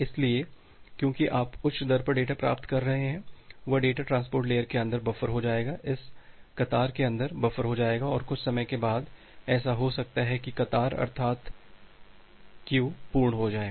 इसलिए क्योंकि आप उच्च दर पर डेटा प्राप्त कर रहे हैं वह डेटा ट्रांसपोर्ट लेयर के अंदर बफर हो जाएगा इस कतार अर्थार्त क्यू के अंदर बफर हो जाएगा और कुछ समय बाद ऐसा हो सकता है कि कतार अर्थार्त क्यू पूर्ण हो जाए